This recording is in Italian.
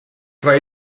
tra